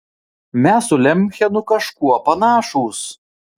mes su lemchenu kažkuo panašūs